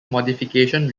modification